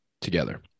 together